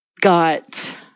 got